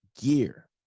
gear